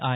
I